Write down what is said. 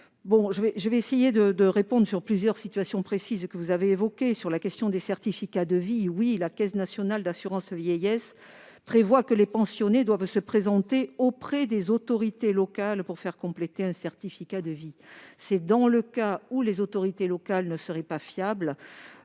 Je vais essayer d'apporter une réponse sur plusieurs situations précises que vous avez évoquées. S'agissant des certificats de vie, la Caisse nationale d'assurance vieillesse prévoit effectivement que les pensionnés doivent se présenter auprès des autorités locales pour faire compléter un certificat de vie. Dans le cas où les autorités locales ne seraient pas fiables